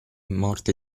morte